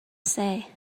say